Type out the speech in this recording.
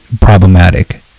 problematic